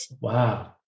Wow